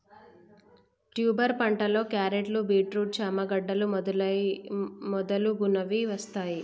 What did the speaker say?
tuber పంటలో క్యారెట్లు, beetroot, చామ గడ్డలు మొదలగునవి వస్తాయ్